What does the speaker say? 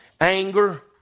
anger